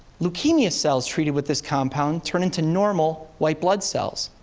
leukemia cells treated with this compound turn into normal white blood cells.